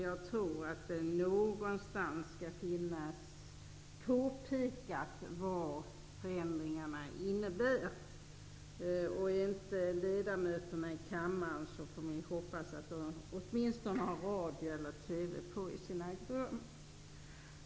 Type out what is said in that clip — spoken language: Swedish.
Någonstans bör det finnas påpekat vad förändringarna innebär. Om inte ledamöterna är i kammaren hoppas jag att de åtminstone följer detta via radio eller TV på sina rum.